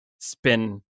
spin